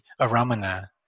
aramana